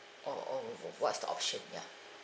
or or what's the option ya